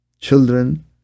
children